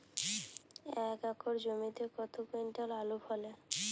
এক একর জমিতে কত কুইন্টাল আলু ফলে?